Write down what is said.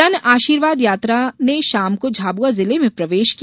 जनआशीर्वाद यात्रा ने शाम को झाबुआ जिले में प्रवेश किया